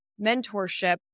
mentorship